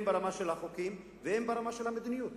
אם ברמה של החוקים ואם ברמה של המדיניות,